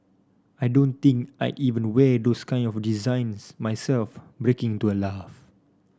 I don't think I'd even wear those kind of designs myself breaking into a laugh